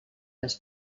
les